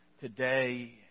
today